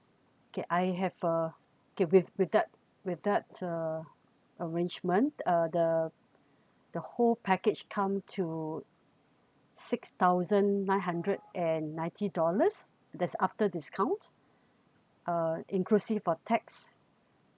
okay I have uh okay with with that with that uh arrangement uh the the whole package come to six thousand nine hundred and ninety dollars that's after discount uh inclusive for tax